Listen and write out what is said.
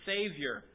Savior